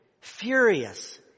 furious